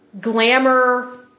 glamour